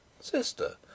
Sister